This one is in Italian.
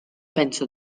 penso